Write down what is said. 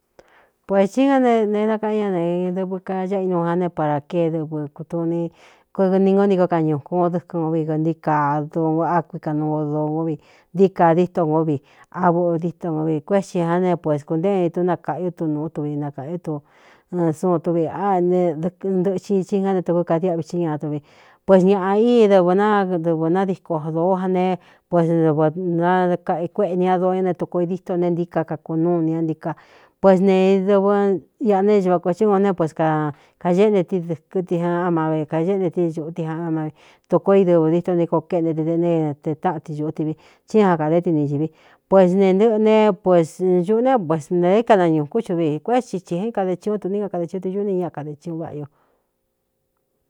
Puētí á ne nakaꞌén ña nedɨvɨ kaáꞌ inuu án ne para kée dɨvɨ kutuni koni ng ó ni koo ka ñūkun ó dɨkɨn n vi nti kaa d ákuika nuu odoo nó vi ntí ka díto ngó vi a báꞌdíto no vi kuéxi a ne pues kūntéeni túnakaꞌiú tu nūú tuvi nakāꞌú du suun tuvi áne ntɨꞌxin ihi ngá ne tɨvɨ́ kadiꞌvi xí ñaduvi puēs ñāꞌa í dɨvɨ̄ nadɨvɨ nadíko dōó an ne pues ndv nakaikuéꞌeni a doo ñá ne tuko i díto ne ntíka kakunúu inia ntíka pues ne dɨvɨ āꞌa ne uva kōetí ūun né pues kakañéꞌente ti dɨ̄kɨ ti an á má vi kañéꞌente ti xūꞌu ti ana vi tuko i dɨvɨ díto ni koo kéꞌnte ti teꞌnete táꞌan ti xūꞌú tivi tsí ña akādé tini ñīvi puēs ne ntɨꞌɨ ne pues ñuꞌu ne pus nēé kanañūkún chuvi kuétsi thīen kade chiuún tuní ka kadē chɨtɨ ñuꞌú ni ñaa kadē chiun váꞌa ño.